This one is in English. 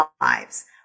lives